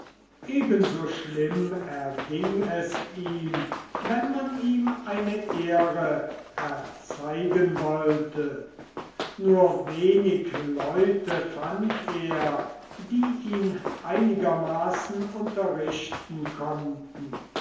ebenso schlimm erging es ihm wenn man ihm eine ehre erzeigen wollte nur wenige leute fand er die ihn einigermaßen unterrichten konnten